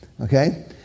Okay